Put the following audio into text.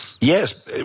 Yes